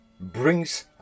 brings